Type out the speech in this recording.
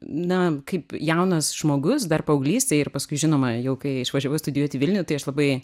na kaip jaunas žmogus dar paauglystėj ir paskui žinoma jau kai išvažiavau studijuot į vilnių tai aš labai